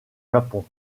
japon